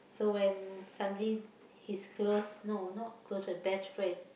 so when suddenly his close no not close friend best friend